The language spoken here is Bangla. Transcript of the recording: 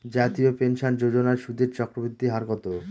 জাতীয় পেনশন যোজনার সুদের চক্রবৃদ্ধি হার কত?